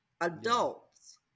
adults